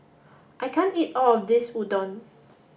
I can't eat all of this Udon